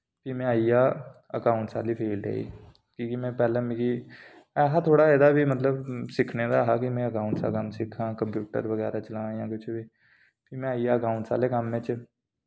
फ्ही में आइया एकाउंट्स आह्ली फील्ड च क्यूंकि में पैह्ले मिकी है हा थोह्ड़ा इदा बी मतलब सिक्खने दा है हा कि में एकाउंट्स दा कम्म सिक्खां कंप्यूटर बगैरा चलांऽ जां कुछ बी फ्ही में आइया एकाउंट्स आह्ले कम्म च